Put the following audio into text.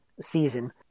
season